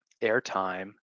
airtime